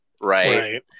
right